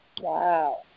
Wow